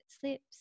slips